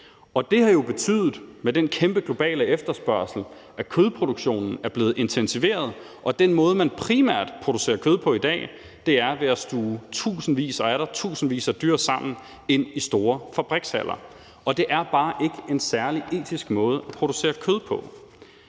det har jo med den kæmpe globale efterspørgsel betydet, at kødproduktionen er blevet intensiveret, og at den måde, man primært producerer kød på i dag, er ved at stuve tusinder og atter tusinder af dyr sammen i store fabrikshaller. Og det er bare ikke en særlig etisk måde at producere kød på.